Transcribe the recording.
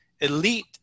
Elite